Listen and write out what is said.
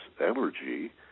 energy